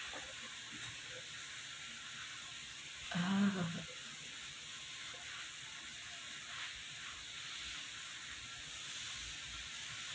ah